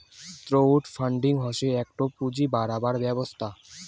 crowd funding হসে একটো পুঁজি বাড়াবার ব্যবস্থা